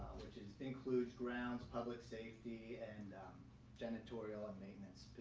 which includes grounds public safety and janitorial and maintenance